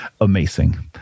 amazing